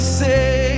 say